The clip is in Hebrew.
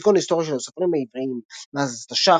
לקסיקון היסטורי של הסופרים העברים מאז תש"ח.